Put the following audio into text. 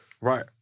Right